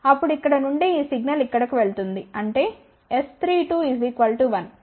అప్పుడు ఇక్కడ నుండి ఈ సిగ్నల్ ఇక్కడకు వెళుతుంది అంటే S32 1